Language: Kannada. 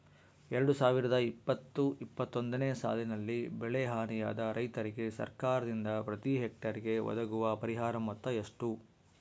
ಎರಡು ಸಾವಿರದ ಇಪ್ಪತ್ತು ಇಪ್ಪತ್ತೊಂದನೆ ಸಾಲಿನಲ್ಲಿ ಬೆಳೆ ಹಾನಿಯಾದ ರೈತರಿಗೆ ಸರ್ಕಾರದಿಂದ ಪ್ರತಿ ಹೆಕ್ಟರ್ ಗೆ ಒದಗುವ ಪರಿಹಾರ ಮೊತ್ತ ಎಷ್ಟು?